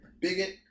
bigot